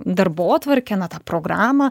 darbotvarkę na tą programą